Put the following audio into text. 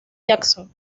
jackson